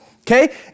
Okay